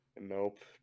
Nope